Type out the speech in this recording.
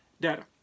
data